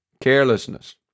Carelessness